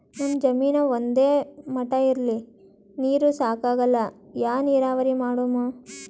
ನಮ್ ಜಮೀನ ಒಂದೇ ಮಟಾ ಇಲ್ರಿ, ನೀರೂ ಸಾಕಾಗಲ್ಲ, ಯಾ ನೀರಾವರಿ ಮಾಡಮು?